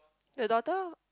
the doctor